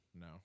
no